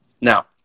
Now